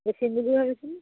বেচিম বুলি ভাবিছিলোঁ